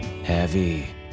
Heavy